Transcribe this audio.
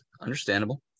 Understandable